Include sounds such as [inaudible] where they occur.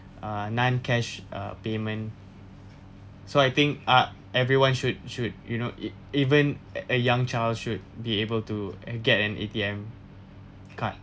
ah non cash uh payment so I think ah everyone should should you know e~ even [noise] a young child should be able to get an A_T_M card